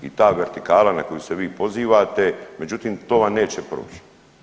I ta vertikala na koju se vi pozivate, međutim to vam neće proći.